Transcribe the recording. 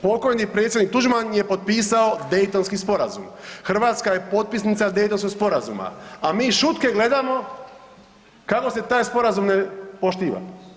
Pokojni predsjednik Tuđman je potpisao Daytonski sporazum, Hrvatska je potpisnica Daytonskog sporazuma, a mi šutke gledamo kako se taj sporazum ne poštiva.